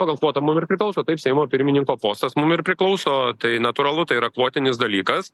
pagal kvotą mum ir priklauso taip seimo pirmininko postas mum ir priklauso tai natūralu tai yra kvotinis dalykas